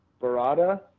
Barada